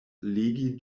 legi